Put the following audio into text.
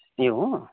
ए हो